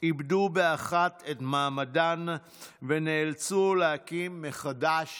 איבדו באחת את מעמדן ונאלצו להקים מחדש